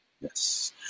Yes